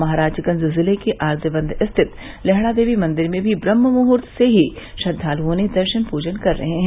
महराजगंज जिले के आद्ववन स्थित लेहड़ा देवी मंदिर में भी व्रममुद्वत से ही श्रद्वालूओं ने दर्शन पूजन कर रहे हैं